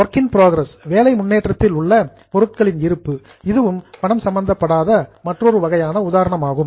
work in progress வேலை முன்னேற்றத்தில் உள்ள பொருட்களின் இருப்பு இதுவும் பணம் சம்பந்தப்படாத மற்றொரு வகையான உதாரணமாகும்